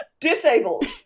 disabled